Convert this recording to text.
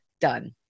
done